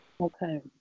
Okay